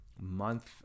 month